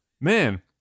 man